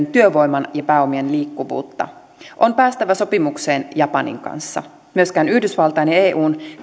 liittyen työvoiman ja pääomien liikkuvuutta on päästävä sopimukseen japanin kanssa myöskään yhdysvaltain ja eun